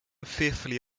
fearfully